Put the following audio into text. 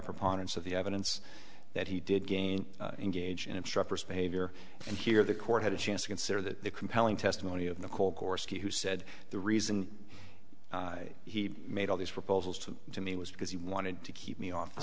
preponderance of the evidence that he did again engage in obstreperous behavior and here the court had a chance to consider that the compelling testimony of the cole corsi who said the reason he made all these proposals to to me was because he wanted to keep me off the